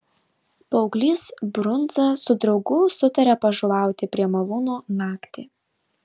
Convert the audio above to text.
paauglys brundza su draugu sutarė pažuvauti prie malūno naktį